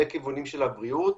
לכיוונים של הבריאות,